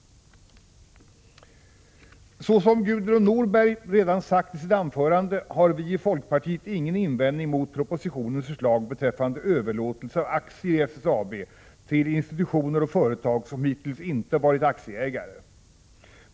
Såsom Gudrun Norberg redan har sagt i sitt anförande, har vi i folkpartiet ingen invändning mot propositionens förslag beträffande överlåtelse av aktier i SSAB till institutioner och företag som hittills inte varit aktieägare.